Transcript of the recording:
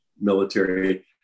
military